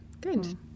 good